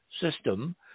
System